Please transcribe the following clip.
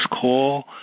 call